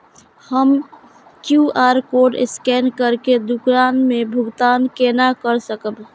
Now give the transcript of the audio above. हम QR code scan करके दुकान में भुगतान केना कर सकब?